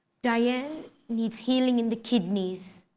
diana needs healing and kidneys